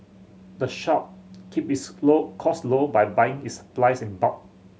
the shop keep its low cost low by buying its supplies in bulk